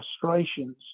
frustrations